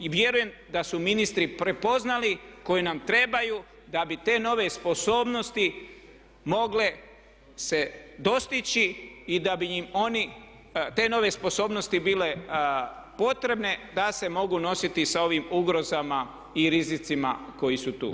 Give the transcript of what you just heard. I vjerujem da su ministri prepoznali koji nam trebaju da bi te nove sposobnosti mogle se dostići i da bi im oni, te nove sposobnosti bile potrebne da se mogu nositi sa ovim ugrozama i rizicima koji su tu.